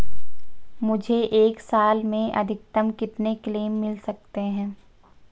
मुझे एक साल में अधिकतम कितने क्लेम मिल सकते हैं?